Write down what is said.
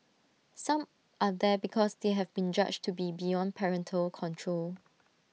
some are there because they have been judged to be beyond parental control